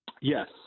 Yes